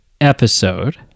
episode